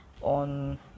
on